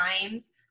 times